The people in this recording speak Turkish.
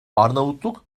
arnavutluk